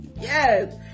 yes